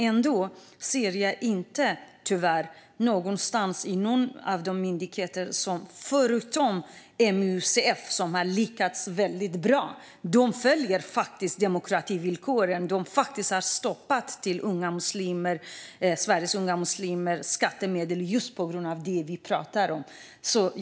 Ändå ser jag tyvärr inte något om detta hos några bidragsgivande myndigheter - utom hos MUCF, som har lyckats väldigt bra. De följer demokrativillkoren och har faktiskt stoppat skattemedel till Sveriges unga muslimer på grund av det vi pratar om.